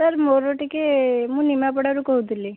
sir ମୋର ଟିକିଏ ମୁଁ ନିମାପଡ଼ାରୁ କହୁଥିଲି